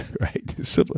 right